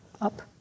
up